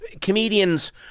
comedians